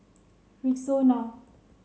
Rexona